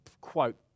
quote